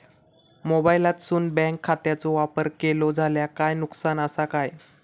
मोबाईलातसून बँक खात्याचो वापर केलो जाल्या काय नुकसान असा काय?